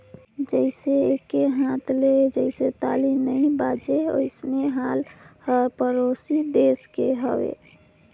जइसे एके हाथ ले जइसे ताली नइ बाजे वइसने हाल हर परोसी देस के हवे